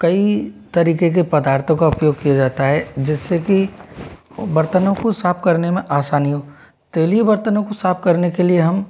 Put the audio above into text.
कई तरीक़े के पदार्थों का उपयोग किया जाता है जिससे की बर्तनों को साफ़ करने में आसानी हो तैलीय बर्तनों को साफ़ करने के लिए हम